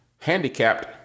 handicapped